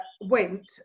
went